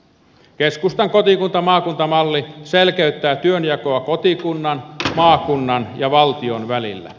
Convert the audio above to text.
keskustan kotikuntamaakunta malli selkeyttää työnjakoa kotikunnan maakunnan ja valtion välillä